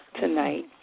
tonight